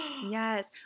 Yes